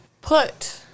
put